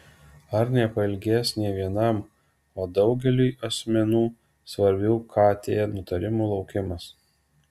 ar nepailgės ne vienam o daugeliui asmenų svarbių kt nutarimų laukimas